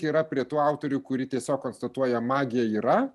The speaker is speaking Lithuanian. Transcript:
yra prie tų autorių kuri tiesiog konstatuoja magija yra